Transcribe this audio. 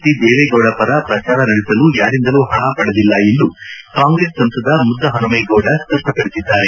D Deve Gowda ಪರ ಪ್ರಚಾರ ನಡೆಸಲು ಯಾರಿಂದಲೂ ಪಣ ಪಡೆದಿಲ್ಲ ಎಂದು ಕಾಂಗ್ರೆಸ್ ಸಂಸದ ಮುದ್ದಹನುಮೇಗೌಡ ಸ್ಪಷ್ಟಪಡಿಸಿದ್ದಾರೆ